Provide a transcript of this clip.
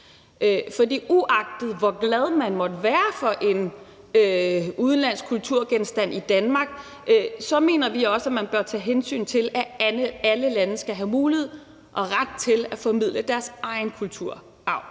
at uagtet hvor glad man måtte være for en udenlandsk kulturgenstand i Danmark, bør man tage hensyn til, at alle lande skal have mulighed for og ret til at formidle deres egen kulturarv.